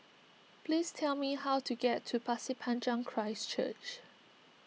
please tell me how to get to Pasir Panjang Christ Church